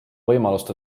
võimalust